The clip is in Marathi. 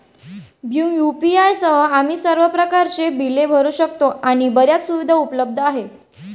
भीम यू.पी.आय सह, आम्ही सर्व प्रकारच्या बिले भरू शकतो आणि बर्याच सुविधा उपलब्ध आहेत